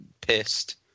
pissed